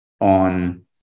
on